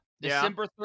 December